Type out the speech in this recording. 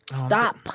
Stop